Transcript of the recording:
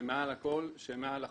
שהם מעל הכול ומעל החוק.